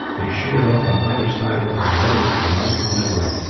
they sheered off on either side of her and rowed for the mouth of the medway.